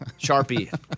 Sharpie